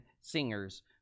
singers